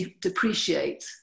depreciate